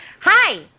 Hi